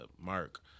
Mark